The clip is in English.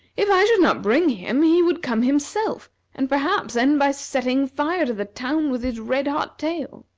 if i should not bring him he would come himself and, perhaps, end by setting fire to the town with his red-hot tail.